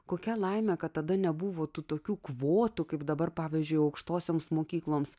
kokia laimė kad tada nebuvo tokių kvotų kaip dabar pavyzdžiui aukštosioms mokykloms